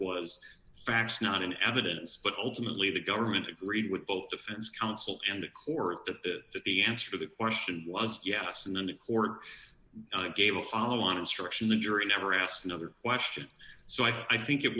facts not in evidence but ultimately the government agreed with both defense counsel and the court that the answer to that question was yes and then the court gave a follow on instruction the jury never asked another question so i think it